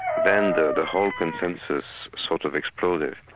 then the the whole consensus sort of exploded,